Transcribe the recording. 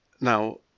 Now